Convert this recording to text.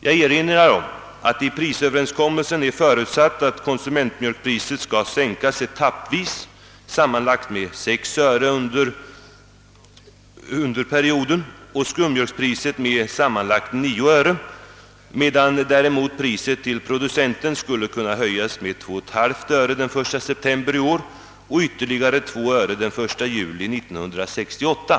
Jag erinrar om att det i prisöverenskommelsen är förutsatt att konsumentmjölkpriset skall sänkas etappvis med sammanlagt 6 öre under perioden och skummjölkspriset med samman lagt 9 öre, medan däremot priset till producenten skulle höjas med 2,5 öre den 1 september i år och med ytterligare 2 öre den 1 juli 1968.